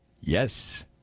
Yes